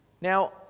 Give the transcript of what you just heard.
Now